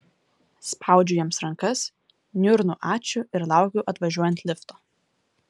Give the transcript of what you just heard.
spaudžiu jiems rankas niurnu ačiū ir laukiu atvažiuojant lifto